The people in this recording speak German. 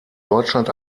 deutschland